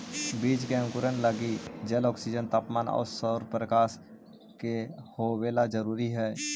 बीज के अंकुरण लगी जल, ऑक्सीजन, तापमान आउ सौरप्रकाश के होवेला जरूरी हइ